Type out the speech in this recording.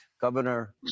Governor